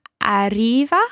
Arriva